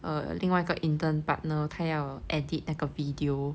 err 另外一个 intern partner 她要 edit 那个 video